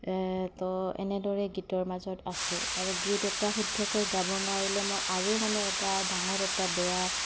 তো এনেদৰে গীতৰ মাজত আছো আৰু গীত এটা শুদ্ধকৈ গাব নোৱাৰিলে মই আৰু মানে এটা ডাঙৰ এটা বেয়া